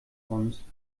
uns